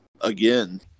again